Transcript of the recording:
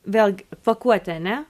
vėlgi pakuotė ane